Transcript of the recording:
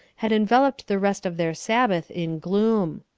had enveloped the rest of their sabbath in gloom.